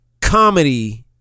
comedy